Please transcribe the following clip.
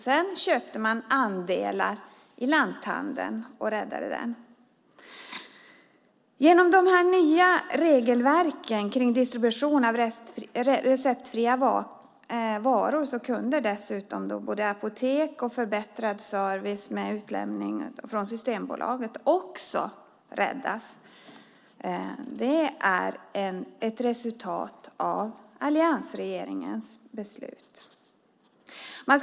Sedan köpte de andelar i lanthandeln och räddade därmed denna. Genom de nya regelverken rörande distribution av receptfria varor kunde också både apotek och förbättrad service med utlämning från Systembolaget räddas. Detta är ett resultat av alliansregeringens beslut. Herr talman!